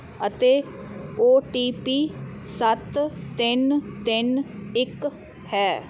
ਅਤੇ ਓਟੀਪੀ ਸੱਤ ਤਿੰਨ ਤਿੰਨ ਇੱਕ ਹੈ